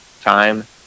time